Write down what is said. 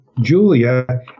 Julia